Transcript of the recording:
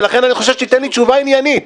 ולכן אני חושב שתיתן לי תשובה עניינית.